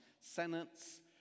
Senate's